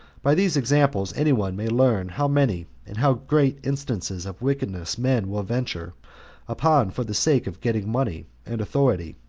by these examples any one may learn how many and how great instances of wickedness men will venture upon for the sake of getting money and authority,